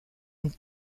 une